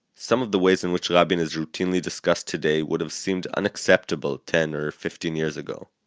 some of the ways in which rabin is routinely discussed today would have seemed unacceptable ten or fifteen years ago